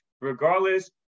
regardless